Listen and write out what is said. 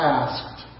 asked